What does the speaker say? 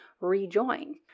rejoin